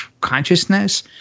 consciousness